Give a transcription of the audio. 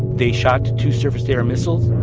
they shot two surface-to-air missiles.